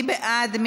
מי בעד?